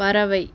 பறவை